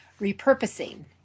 repurposing